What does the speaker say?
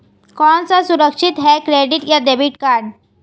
कौन सा सुरक्षित है क्रेडिट या डेबिट कार्ड?